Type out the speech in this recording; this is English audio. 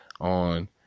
on